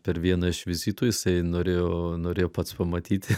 per vieną iš vizitų jisai norėjo norėjo pats pamatyti